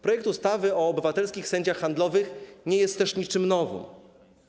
Projekt ustawy o obywatelskich sędziach handlowych nie jest też niczym nowym.